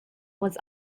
was